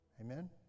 Amen